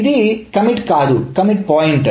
ఇది కమిట్ కాదు commit point